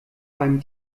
beim